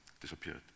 disappeared